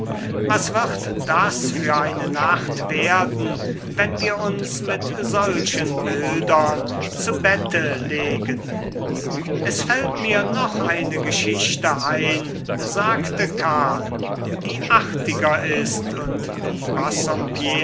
was wird das für eine nacht werden wenn wir uns mit solchen bildern zu bette legen es fällt mir noch eine geschichte ein sagte karl die artiger ist und die